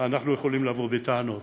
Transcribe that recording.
לא יכולים לבוא בטענות,